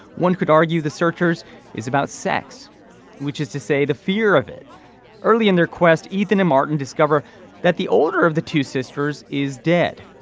one could argue the searchers is about sex which is to say the fear of it early in their quest. ethan martin discover that the older of the two sisters is dead.